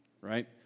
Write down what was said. right